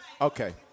Okay